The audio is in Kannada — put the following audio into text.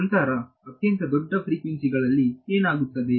ನಂತರ ಅತ್ಯಂತ ದೊಡ್ಡ ಫ್ರಿಕ್ವೆನ್ಸಿಗಳಲ್ಲಿ ಏನಾಗುತ್ತದೆ